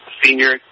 senior